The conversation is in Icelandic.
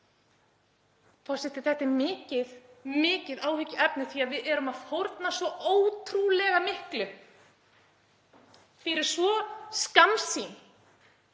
Forseti. Þetta er mikið áhyggjuefni því að við erum að fórna svo ótrúlega miklu fyrir svo skammsýn